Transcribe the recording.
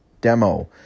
demo